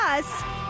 plus